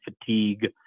fatigue